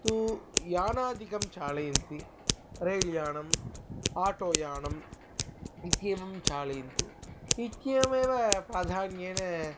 तु यानादिकं चालयन्ति रेलयानम् आटोयानम् इत्येवं चालयन्ति इत्येवमेव प्राधान्येन